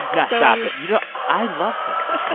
now, stop it. you know, i love texas